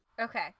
Okay